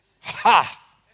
Ha